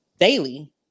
daily